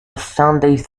sundays